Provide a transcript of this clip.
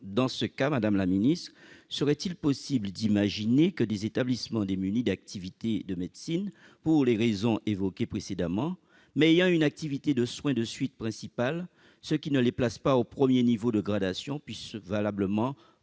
Dans ce cas, madame la ministre, serait-il possible d'imaginer que des établissements dépourvus d'activité de médecine pour les raisons évoquées précédemment, mais ayant une activité de soins de suite principale, ce qui ne les place pas au premier niveau de gradation, puissent postuler